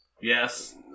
Yes